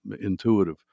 intuitive